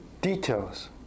details